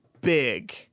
big